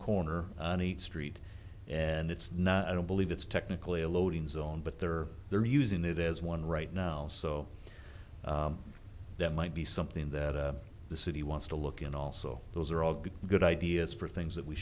corner street and it's not i don't believe it's technically a loading zone but they're they're using it as one right now so that might be something that the city wants to look and also those are all be good ideas for things that we